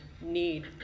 need